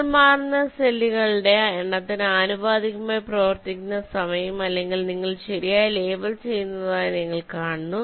നിങ്ങൾ മാറുന്ന സെല്ലുകളുടെ എണ്ണത്തിന് ആനുപാതികമായി പ്രവർത്തിക്കുന്ന സമയം അല്ലെങ്കിൽ നിങ്ങൾ ശരിയായി ലേബൽ ചെയ്യുന്നതായി നിങ്ങൾ കാണുന്നു